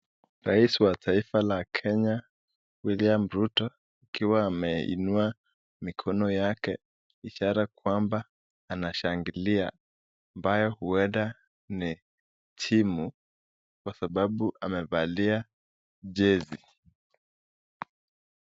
Rais wa taifa la Kenya William Ruto akiwa ameinua mikono yake ishara kwamba anashangilia ambayo huenda ni timu kwa sababu amevalia jezi.